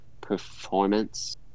performance